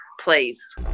Please